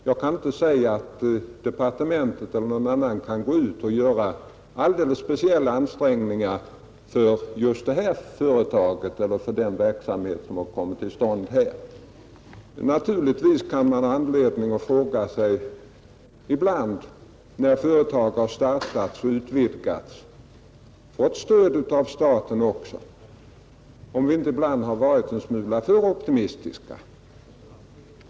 Jag kan inte säga att departementet eller någon annan kan gå ut och göra alldeles speciella ansträngningar för just den verksamhet som det här gäller, Naturligtvis inträffar det, när företag startas eller utvidgats och får stöd av staten, att man ibland har varit en smula för optimistisk.